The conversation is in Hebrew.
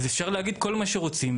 אפשר להגיד כל מה שרוצים,